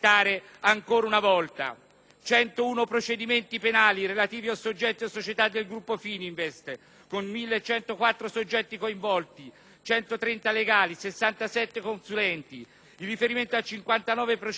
101 procedimenti penali relativi a soggetti o società del gruppo Fininvest, con 1.104 soggetti coinvolti, 130 legali, 67 consulenti. In riferimento a 59 procedimenti sono state